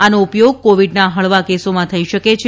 આનો ઉપયોગ કોવિડના હળવા કેસોમાં થઈ શકે છે